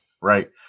right